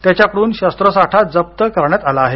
त्याच्याकडून शस्त्रसाठी जप्त करण्यात आला आहे